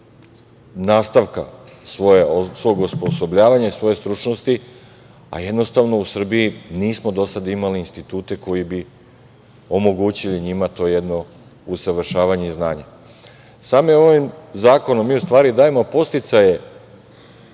nastavka svog osposobljavanja i svoje stručnosti, a jednostavno u Srbiji nismo dosad imali institute koji bi omogućili njima to jedno usavršavanje i znanje. Samim ovim zakonom mi u stvari dajemo podsticaje